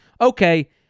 okay